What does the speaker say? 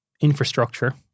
infrastructure